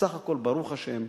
בסך הכול, ברוך השם,